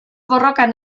borrokan